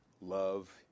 Love